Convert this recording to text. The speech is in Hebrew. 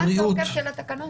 מה התוקף של התקנות?